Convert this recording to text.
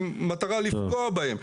מטרה לפגוע בהם.